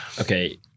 Okay